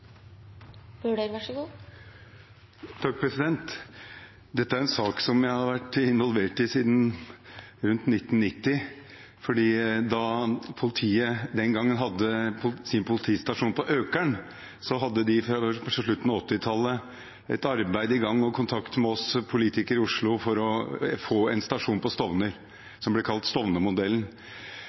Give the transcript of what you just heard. en sak jeg har vært involvert i siden rundt 1990. Politiet hadde den gangen sin politistasjon på Økern, og de hadde fra slutten av 1980-tallet et arbeid i gang, som ble kalt Stovner-modellen, og kontakt med oss politikere i Oslo for å få en stasjon på Stovner. Da var poenget som